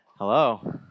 Hello